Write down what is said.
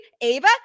Ava